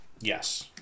Yes